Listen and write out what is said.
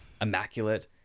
immaculate